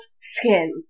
skin